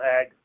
ag